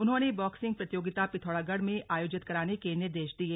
उन्होंने बॉक्सिंग प्रतियोगिता पिथौरागढ़ में आयोजित कराने के निर्देश दिये